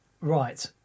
right